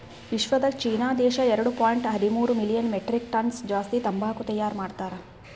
ವಿಶ್ವದಾಗ್ ಚೀನಾ ದೇಶ ಎರಡು ಪಾಯಿಂಟ್ ಹದಿಮೂರು ಮಿಲಿಯನ್ ಮೆಟ್ರಿಕ್ ಟನ್ಸ್ ಜಾಸ್ತಿ ತಂಬಾಕು ತೈಯಾರ್ ಮಾಡ್ತಾರ್